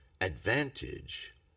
advantage